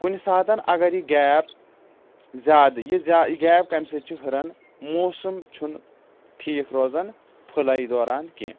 کُنہِ ساتَن اَگر یہِ گیپ زیادٕ یہِ زیاد یہِ گیپ کَمہِ سۭتۍ چھِ ہُران موسَم چھُنہٕ ٹھیٖک روزان پھٕلاے دوران کیٚنٛہہ